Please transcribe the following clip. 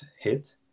hit